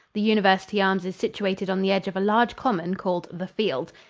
the university arms is situated on the edge of a large common called the field.